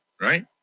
right